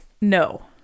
No